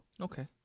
okay